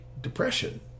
depression